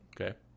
Okay